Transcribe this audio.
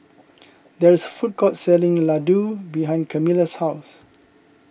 there is a food court selling Ladoo behind Kamila's house